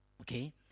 Okay